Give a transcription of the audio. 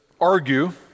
argue